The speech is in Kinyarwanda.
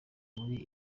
muri